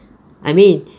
I mean